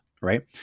Right